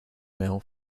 meal